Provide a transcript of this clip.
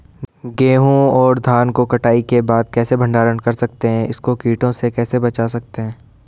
गेहूँ और धान को कटाई के बाद कैसे भंडारण कर सकते हैं इसको कीटों से कैसे बचा सकते हैं?